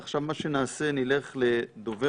עכשיו, מה שנעשה הוא שנלך לדובר-דובר.